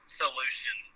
solution